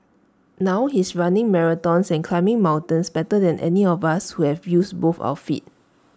now he's running marathons and climbing mountains better than any of us who both our feet